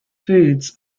foods